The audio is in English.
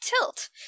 tilt